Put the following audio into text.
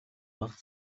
бага